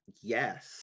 yes